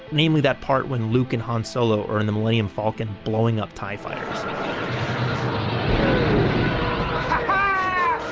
namely, that part when luke and hans solo or in the millennium falcon blowing up tie fighters um